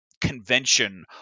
convention